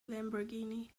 lamborghini